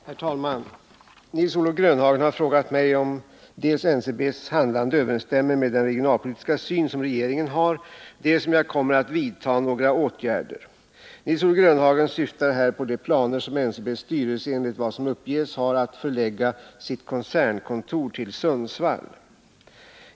100, och anförde: Herr talman! Nils-Olof Grönhagen har frågat mig dels om NCB:s handlande överensstämmer med den regionalpolitiska syn som regeringen har, dels om jag kommer att vidta några åtgärder. Nils-Olof Grönhagen syftar här på de planer som NCB:s styrelse enligt vad som uppges har att förlägga sitt koncernkontor till Sundsvall.